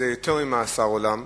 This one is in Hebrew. זה יותר ממאסר עולם.